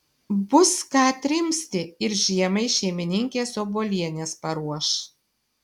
bus ką krimsti ir žiemai šeimininkės obuolienės paruoš